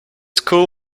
school